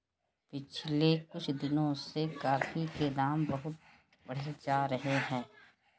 पिछले कुछ दिनों से कॉफी के दाम बहुत बढ़ते जा रहे है